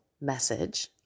message